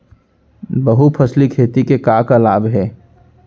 बहुफसली खेती के का का लाभ हे?